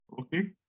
Okay